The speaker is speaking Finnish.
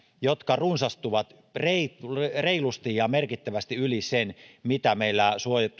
jotka runsastuvat reilusti ja merkittävästi yli sen mitä meillä